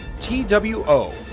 T-W-O